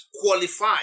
qualify